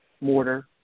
mortar